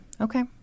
Okay